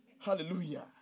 Hallelujah